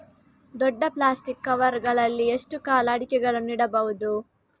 ದೊಡ್ಡ plastic cover ಗಳಲ್ಲಿ ಎಷ್ಟು ಕಾಲ ಅಡಿಕೆಗಳನ್ನು ಇಡಬಹುದು?